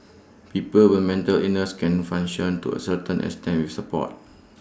people with mental illness can function to A certain extent with support